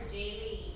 daily